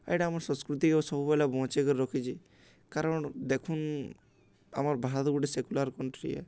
ଏଇଟା ଆମ ସଂସ୍କୃତିକ ସବୁବେଲେ ବଞ୍ଚେଇକିରି ରଖିଚି କାରଣ ଦେଖୁଁ ଆମର୍ ଭାରତ ଗୋଟେ ସେକୁୁଲାର କଣ୍ଟ୍ରିଏ